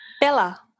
Bella